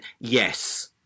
Yes